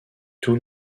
tous